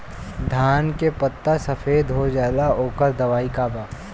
धान के पत्ता सफेद हो जाला ओकर दवाई का बा?